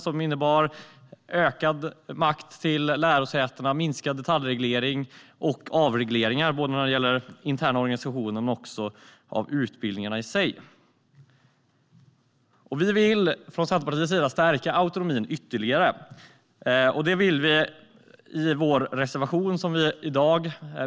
Den innebar ökad makt till lärosätena samt minskad detaljreglering och avregleringar både när det gäller den interna organisationen och utbildningarna i sig. Centerpartiet vill stärka autonomin ytterligare. Detta visar vi i vår reservation, som behandlas i dag.